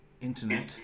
Internet